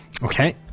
Okay